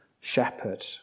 shepherd